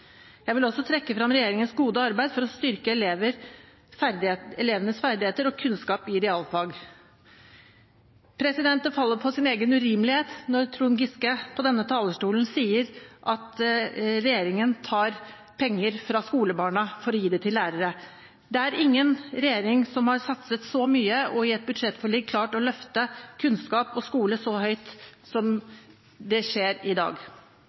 Jeg vil også trekke frem regjeringens gode arbeid for å styrke elevenes ferdigheter og kunnskap i realfag. Det faller på sin egen urimelighet når Trond Giske på denne talerstolen sier at regjeringen tar penger fra skolebarna for å gi det til lærere. Det er ingen regjering som har satset så mye og i et budsjettforlik klart å løfte kunnskap og skole så høyt som det skjer i dag.